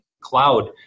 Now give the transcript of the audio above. cloud